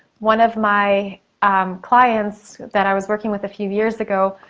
one of my clients that i was working with a few years ago,